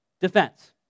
defense